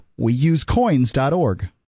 WeUseCoins.org